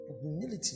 Humility